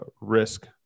risk